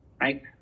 right